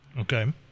Okay